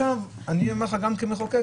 אני אומר לך גם כמחוקק,